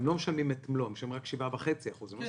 הם משלמים רק 7.5% -- כן,